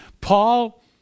Paul